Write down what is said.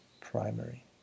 primary